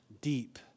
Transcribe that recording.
deep